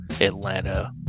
Atlanta